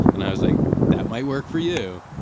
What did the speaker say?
and i was like, that might work for you.